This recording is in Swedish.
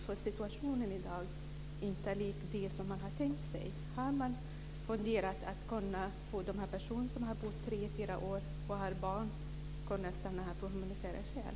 Dagens situation är inte lik den som man hade tänkt sig. Finns det några funderingar om att låta dessa personer som har bott här i tre fyra år stanna på grund av humanitära skäl?